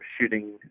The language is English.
shooting